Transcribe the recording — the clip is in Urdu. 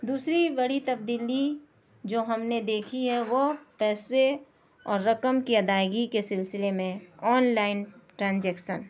دوسری بڑی تبدیلی جو ہم نے دیکھی ہے وہ پیسے اور رقم کی ادائیگی کے سلسلے میں آن لائن ٹرانجیکشن